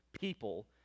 people